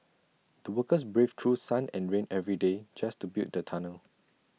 the workers braved through sun and rain every day just to build the tunnel